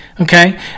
okay